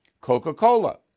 Coca-Cola